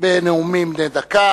בנאומים בני דקה.